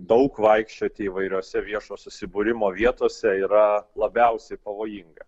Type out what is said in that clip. daug vaikščioti įvairiose viešo susibūrimo vietose yra labiausiai pavojinga